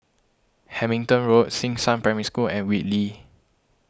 Hamilton Road Xishan Primary School and Whitley